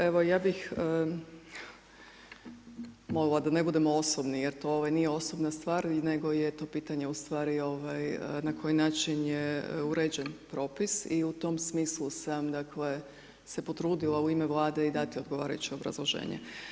Evo ja bih da ne budemo osobni, jer to nije osobna stvar nego je to pitanje ustvari na koji način je uređen propis i u tom smislu sam dakle, se potrudila u ime Vlade i dati odgovarajuće obrazloženje.